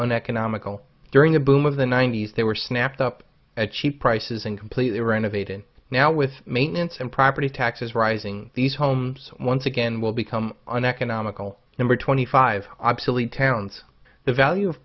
uneconomical during the boom of the nineties they were snapped up at cheap prices and completely renovated now with maintenance and property taxes rising these homes once again will become uneconomical number twenty five obsolete towns the value of